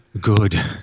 good